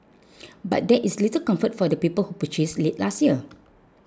but that is little comfort for the people who purchased late last year